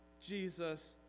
Jesus